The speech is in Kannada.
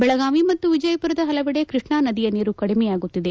ಬೆಳಗಾವಿ ಮತ್ತು ವಿಜಯಪುರದ ಹಲವೆಡೆ ಕೃಷ್ಣಾ ನದಿ ನೀರು ಕಡಿಮೆಯಾಗುತ್ತಿದೆ